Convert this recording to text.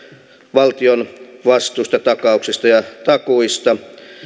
valtion vastuista takauksista ja takuista